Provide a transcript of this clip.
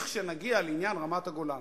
לכשנגיע לעניין רמת-הגולן,